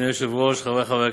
הצעה זו אמורה להיות שיפור בתנאים,